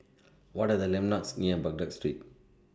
What Are The landmarks near Baghdad Street